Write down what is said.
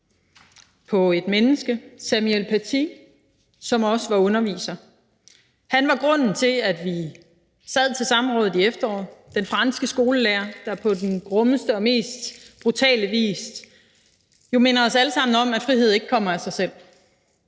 på et menneske, Samuel Paty, som også var underviser. Han var grunden til, at vi sad til samrådet i efteråret – den franske skolelærer, der på den groveste og mest brutale vis jo minder os alle sammen om, at frihed ikke kommer af sig selv,